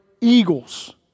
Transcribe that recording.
eagles